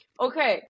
okay